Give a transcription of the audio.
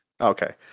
Okay